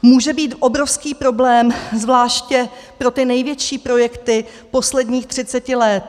Může být obrovský problém zvláště pro ty největší projekty posledních 30 let.